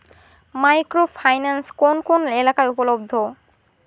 Micro finance কোন কোন এলাকায় উপলব্ধ?